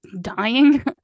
dying